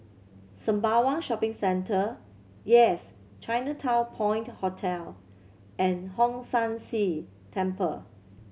Sembawang Shopping Centre Yes Chinatown Point Hotel and Hong San See Temple